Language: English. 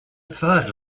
thud